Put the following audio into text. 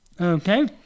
Okay